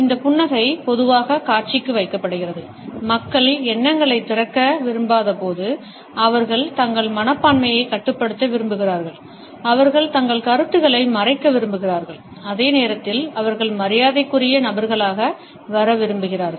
இந்த புன்னகை பொதுவாக காட்சிக்கு வைக்கப்படுகிறது மக்கள் எண்ணங்களைத் திறக்க விரும்பாதபோது அவர்கள் தங்கள் மனப்பான்மையைக் கட்டுப்படுத்த விரும்புகிறார்கள் அவர்கள் தங்கள் கருத்துக்களை மறைக்க விரும்புகிறார்கள் அதே நேரத்தில் அவர்கள் மரியாதைக்குரிய நபர்களாக வர விரும்புகிறார்கள்